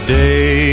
day